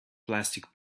plastic